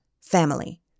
Family